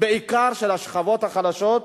בעיקר של השכבות החלשות.